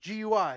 gui